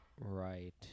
Right